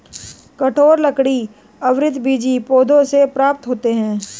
कठोर लकड़ी आवृतबीजी पौधों से प्राप्त होते हैं